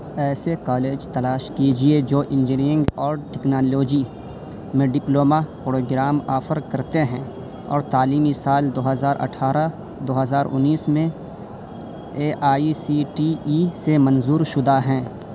ایسے کالج تلاش کیجیے جو انجینئرنگ اور ٹیکنالوجی میں ڈپلومہ پروگرام آفر کرتے ہیں اور تعلیمی سال دو ہزار اٹھارہ دو ہزار انیس میں A I C T E سے منظور شدہ ہیں